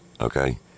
okay